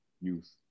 youth